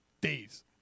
days